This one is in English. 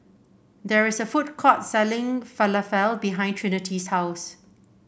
there is a food court selling Falafel behind Trinity's house